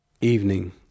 Evening